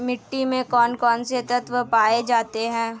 मिट्टी में कौन कौन से तत्व पाए जाते हैं?